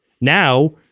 Now